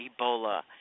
Ebola